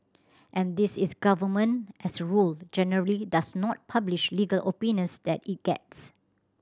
and this is government as a rule generally does not publish legal opinions that it gets